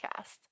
podcast